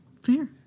Fair